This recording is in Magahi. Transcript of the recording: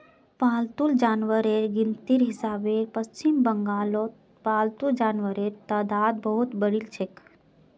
पालतू जानवरेर गिनतीर हिसाबे पश्चिम बंगालत पालतू जानवरेर तादाद बहुत बढ़िलछेक